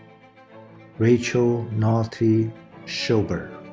rachel nalty shober.